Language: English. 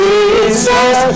Jesus